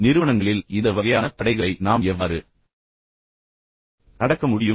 நிறுவனங்களில் இந்த வகையான தடைகளை நாம் எவ்வாறு கடக்க முடியும்